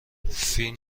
فیلم